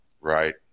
right